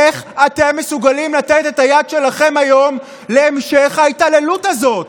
איך אתם מסוגלים לתת את היד שלכם היום להמשך ההתעללות הזאת?